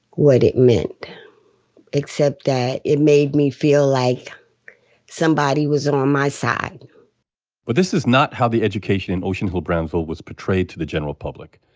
what it meant except that it made me feel like somebody was on my side but this is not how the education in ocean hill-brownsville was portrayed to the general public.